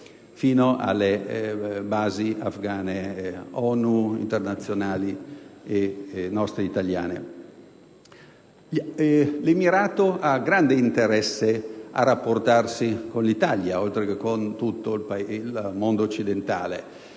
fino alle basi afgane, internazionali, ONU e italiane. L'Emirato ha grande interesse a rapportarsi con l'Italia, oltre che con tutto il mondo occidentale.